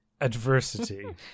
Adversity